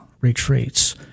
retreats